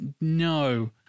no